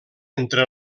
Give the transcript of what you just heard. entre